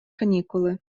канікули